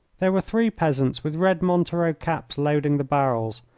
there were three peasants with red montero caps loading the barrels,